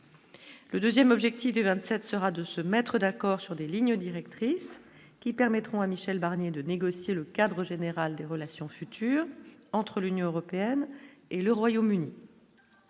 Le 2ème objectif des 27 sera de se mettre d'accord sur des lignes directrices qui permettront à Michel Barnier de négocier le cadre général des relations futures entre l'Union européenne et le Royaume-Uni.